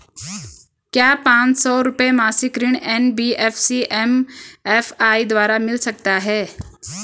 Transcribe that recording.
क्या पांच सौ रुपए मासिक ऋण एन.बी.एफ.सी एम.एफ.आई द्वारा मिल सकता है?